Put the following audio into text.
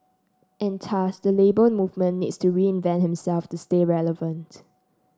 and thus the Labour Movement needs to reinvent themself to stay relevant